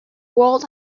world